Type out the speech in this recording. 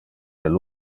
del